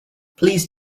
please